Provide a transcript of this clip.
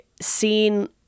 seen